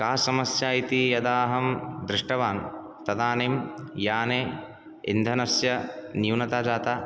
का समस्या इति यदा अहं दृष्टवान् तदानीं याने ईन्धनस्य न्यूनता जाता